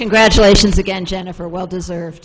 congratulations again jennifer well deserved